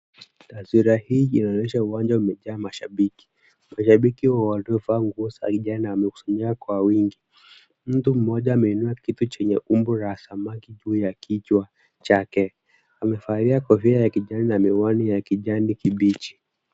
Taswira hii inaonesha uwanja umejaa mashabiki. Mashabiki wamevaa nguo za kijani na wamekusanyika kwa wingi. Mtu mmoja ameinua kitu chenye umbo la samaki juu ya kichwa chake. Amevalia kofia ya kijani na miwani ya kijani kibichi.